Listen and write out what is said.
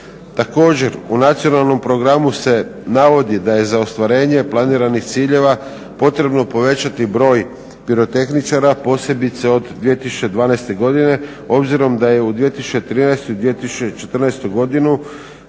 Također u Nacionalnom programu se navodi da je za ostvarenje planiranih ciljeva potrebno povećati broj pirotehničara a posebice od 2012. godine obzirom da je u 2013. i 2014. godini